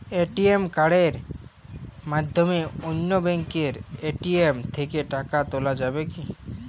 ATM কার্ডের মাধ্যমে অন্য ব্যাঙ্কের এ.টি.এম থেকে টাকা তোলা যাবে কি?